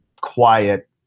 quiet